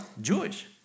Jewish